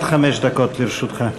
עד חמש דקות לרשותך.